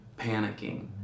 panicking